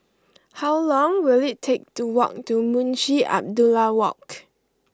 how long will it take to walk to Munshi Abdullah Walk